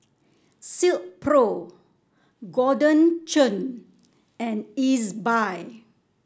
Silkpro Golden Churn and Ezbuy